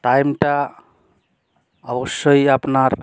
টাইমটা অবশ্যই আপনার